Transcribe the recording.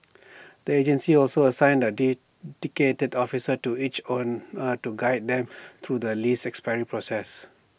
the agency also assigned A dedicated officer to each owner to guide them through the lease expiry process